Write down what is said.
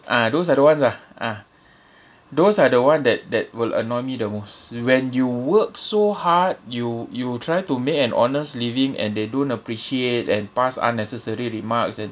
ah those are the ones ah ah those are the one that that will annoy me the most when you work so hard you you will try to make an honest living and they don't appreciate and pass unnecessary remarks and